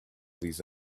these